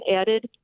added